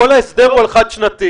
כל ההסדר הוא על תקציב חד-שנתי.